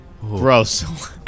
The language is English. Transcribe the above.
Gross